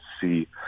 see